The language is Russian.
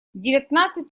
девятнадцать